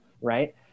Right